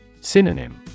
Synonym